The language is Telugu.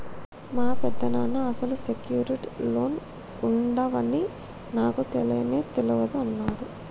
మా పెదనాన్న అసలు సెక్యూర్డ్ లోన్లు ఉండవని నాకు తెలవని తెలవదు అన్నడు